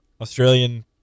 Australian